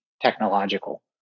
technological